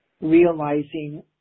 realizing